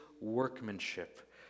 workmanship